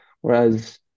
Whereas